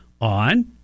on